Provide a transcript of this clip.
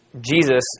Jesus